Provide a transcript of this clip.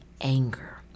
anger